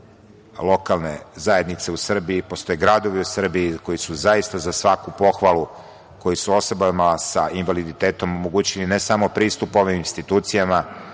lokalne zajednice u Srbiji, postoje gradovi u Srbiji koji su zaista za svaku pohvalu, koji su osobama sa invaliditetom omogućili ne samo pristup ovim institucijama,